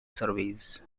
surveys